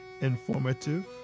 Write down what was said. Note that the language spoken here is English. informative